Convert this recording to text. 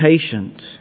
patient